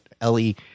Ellie